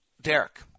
Derek